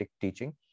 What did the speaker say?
teaching